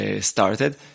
started